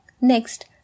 Next